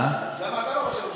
למה אתה לא ראש הממשלה?